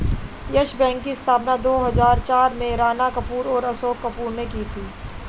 yes bank की स्थापना दो हजार चार में राणा कपूर और अशोक कपूर ने की थी